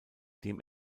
dem